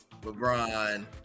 LeBron